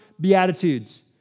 Beatitudes